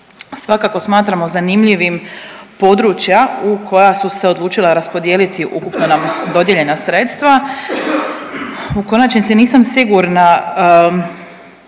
Svakako smatramo zanimljivim područja u koja su se odlučila raspodijeliti ukupna nam dodijeljena sredstva. U konačnici nisam sigurna